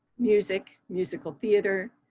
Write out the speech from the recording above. music, musical theater,